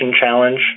challenge